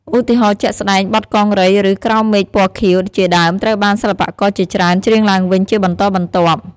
ឧទាហរណ៍ជាក់ស្ដែង បទ កង្រី ឬ ក្រោមមេឃពណ៌ខៀវ ជាដើម ត្រូវបានសិល្បករជាច្រើនច្រៀងឡើងវិញជាបន្តបន្ទាប់ ។